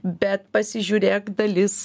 bet pasižiūrėk dalis